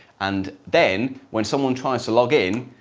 and then, when someone tries to login,